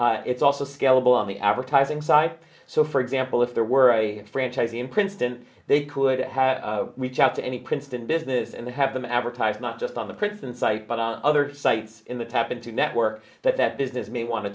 importantly it's also scalable on the advertising side so for example if there were a franchise in princeton they could reach out to any princeton business and have them advertise not just on the princeton site but on other sites in the tap into networks that that business may wan